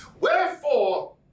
wherefore